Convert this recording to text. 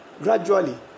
gradually